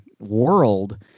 world